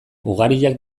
ugariak